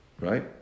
Right